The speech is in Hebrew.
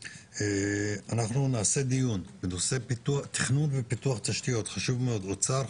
אנחנו נקיים דיון בנושא תכנון ופיתוח תשתיות חשוב מאוד לאוצר,